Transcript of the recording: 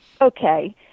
okay